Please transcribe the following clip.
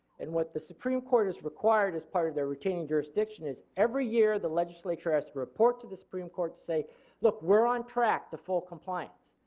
and what the supreme court has required as part of their retaining jurisdiction is every year the legislature has to report to the supreme court to say look we are on track to full compliance.